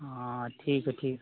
हाँ ठीक है ठीक है ठीक